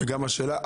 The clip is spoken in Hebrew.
כפי שאמרה מירב.